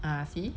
ah see